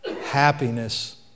happiness